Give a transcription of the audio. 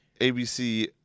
ABC